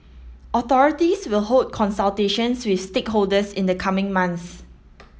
authorities will hold consultations with stakeholders in the coming months